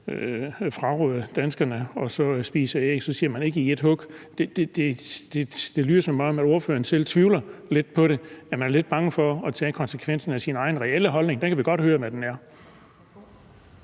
æg. Man siger, at det ikke skal ske i ét hug, men det lyder, som om ordføreren selv tvivler lidt på det, og som om man er lidt bange for at tage konsekvensen af sin egen reelle holdning. Vi kan godt høre, hvad den er.